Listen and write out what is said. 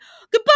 goodbye